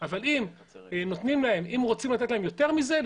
אבל אם רוצים לתת להם יותר מזה,